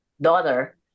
daughter